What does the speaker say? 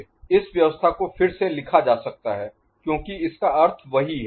f x4 x3 1 इस व्यवस्था को फिर से लिखा जा सकता है क्योंकि इसका अर्थ वही है